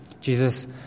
Jesus